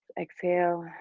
exhale.